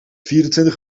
vierentwintig